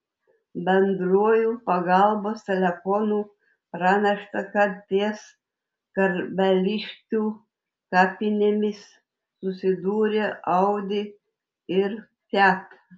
bendruoju pagalbos telefonu pranešta kad ties karveliškių kapinėmis susidūrė audi ir fiat